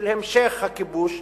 של המשך הכיבוש,